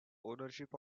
ownership